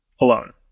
alone